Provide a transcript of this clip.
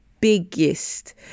biggest